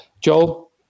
joel